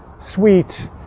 sweet